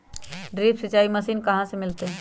Drip सिंचाई machine कहाँ से मिलतै?